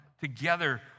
together